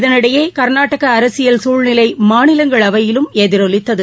இதனிடையே கா்நாடக அரசியல் சூழ்நிலை மாநிலங்களவையிலும் எதிரொலித்தது